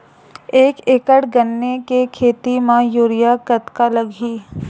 एक एकड़ गन्ने के खेती म यूरिया कतका लगही?